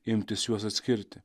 imtis juos atskirti